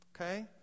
Okay